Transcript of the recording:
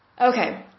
Okay